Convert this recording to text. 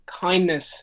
kindness